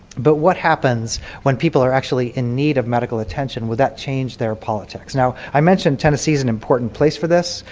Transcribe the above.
but what happens when people are actually in need of medical attention? would that change their politics? now, i mentioned tennessee is an important place for this.